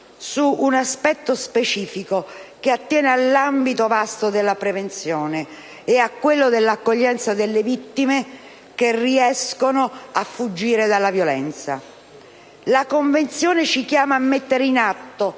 su un aspetto specifico che attiene all'ambito vasto della prevenzione e a quello dell'accoglienza delle vittime che riescono a fuggire dalla violenza. La Convenzione ci chiama a mettere in atto